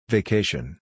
Vacation